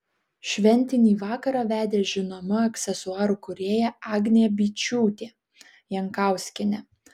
šventinį vakarą vedė žinoma aksesuarų kūrėja agnė byčiūtė jankauskienė